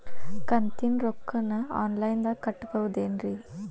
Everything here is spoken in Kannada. ಕಂತಿನ ರೊಕ್ಕನ ಆನ್ಲೈನ್ ದಾಗ ಕಟ್ಟಬಹುದೇನ್ರಿ?